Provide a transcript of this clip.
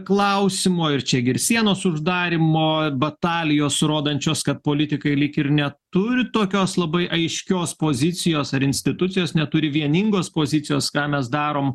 klausimo ir čia gi ir sienos uždarymo batalijos rodančios kad politikai lyg ir neturi tokios labai aiškios pozicijos ar institucijos neturi vieningos pozicijos ką mes darom